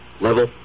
Level